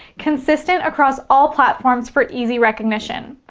consistent across all platforms for easy recognition.